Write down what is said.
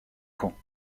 camps